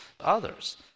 others